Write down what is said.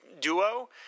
duo